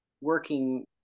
working